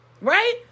right